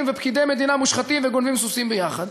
ופקידי מדינה מושחתים שגונבים סוסים ביחד.